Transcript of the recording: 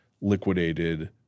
liquidated –